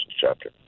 chapter